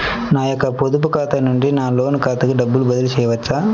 నా యొక్క పొదుపు ఖాతా నుండి నా లోన్ ఖాతాకి డబ్బులు బదిలీ చేయవచ్చా?